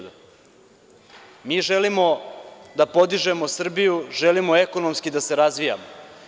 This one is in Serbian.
Mi želimo da podižemo Srbiju, želimo ekonomski da se razvija.